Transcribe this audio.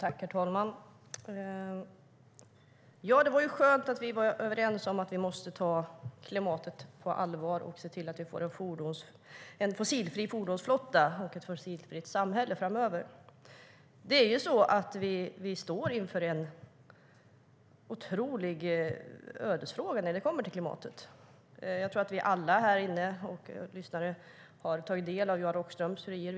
Herr talman! Det var skönt att vi var överens om att vi måste ta klimatet på allvar och se till att vi får en fossilfri fordonsflotta och ett fossilfritt samhälle framöver. Vi står inför en otrolig ödesfråga när det kommer till klimatet. Jag tror att vi alla här inne och de som lyssnar på debatten har tagit del av Johan Rockströms idéer.